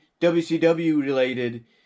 WCW-related